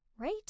right